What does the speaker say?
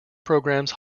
programs